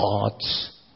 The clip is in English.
God's